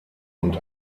und